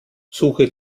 suche